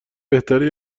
بهتره